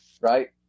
right